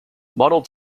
model